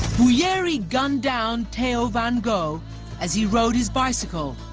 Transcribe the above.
who yeri gunned down tail van gogh as he rode his bicycle,